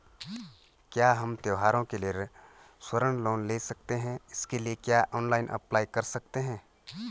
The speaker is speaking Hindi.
क्या हम त्यौहारों के लिए स्वर्ण लोन ले सकते हैं इसके लिए क्या ऑनलाइन अप्लाई कर सकते हैं?